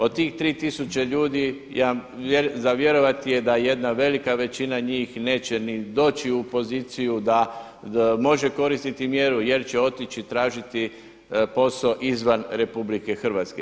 Od tih 3000 ljudi za vjerovati je da jedna velika većina njih neće ni doći u poziciju da može koristiti mjeru, jer će otići tražiti posao izvan RH.